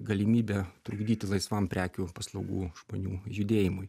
galimybę trukdyti laisvam prekių paslaugų žmonių judėjimui